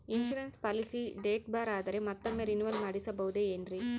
Insurance policy date ಬಾರ್ ಆದರೆ ಮತ್ತೊಮ್ಮೆ ರಿನಿವಲ್ ಮಾಡಿಸಬಹುದೇ ಏನ್ರಿ?